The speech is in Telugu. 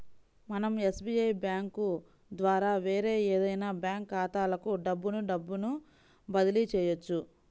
మనం ఎస్బీఐ బ్యేంకు ద్వారా వేరే ఏదైనా బ్యాంక్ ఖాతాలకు డబ్బును డబ్బును బదిలీ చెయ్యొచ్చు